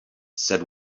said